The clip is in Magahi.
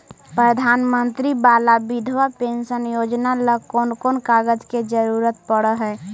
प्रधानमंत्री बाला बिधवा पेंसन योजना ल कोन कोन कागज के जरुरत पड़ है?